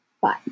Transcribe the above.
Bye